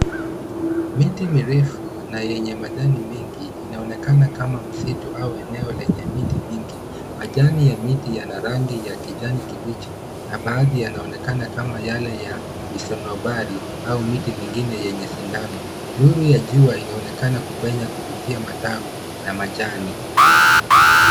Miti mirefu na yenye majani mengi inaoneka kama msitu au eneo lenye miti mingi. Majani ya miti yana rangi ya kijani kibichi na baadhi yanaonekana kama yale ya misenobari au miti mingine yenye sindano. Nuru ya jua inaonekana kupenya kupitia matawi na majani.